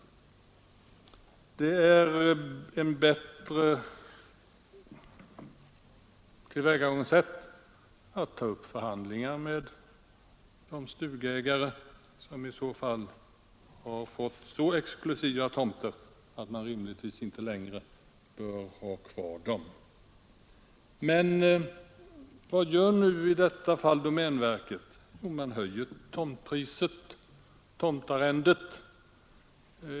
I så fall är det ett bättre tillvägagångssätt att ta upp förhandlingar med de stugägare som har fått så exklusiva tomter att de rimligtvis inte längre bör ha kvar dem. Men vad gör i detta fall domänverket? Jo, det höjer tomtarrendet.